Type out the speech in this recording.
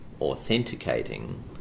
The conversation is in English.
authenticating